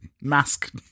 Mask